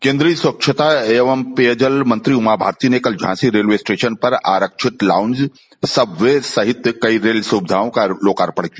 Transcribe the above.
केन्द्रीय स्वच्छता एवं पेयजल मंत्री उमा भारती ने कल झांसी रेलवे स्टेशन पर आरक्षित लाउन्ज सब वे सहित कई रेल सुविधाओं का लोकार्पण किया